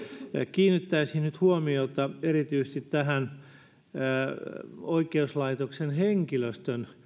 kiinnittäisin nyt huomiota erityisesti oikeuslaitoksen henkilöstön